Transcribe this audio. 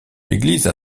l’église